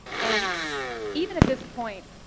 and even at this point,